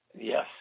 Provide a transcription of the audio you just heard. Yes